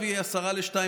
עיסאווי, דבר.